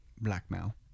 Blackmail